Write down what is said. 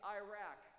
iraq